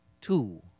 two